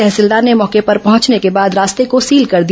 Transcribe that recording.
तहसीलदार ने मौके पर पहुंचने के बाद रास्ते को सील कर दिया